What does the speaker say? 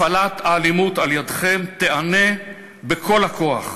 הפעלת האלימות על-ידיכם תיענה בכל הכוח.